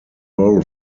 roll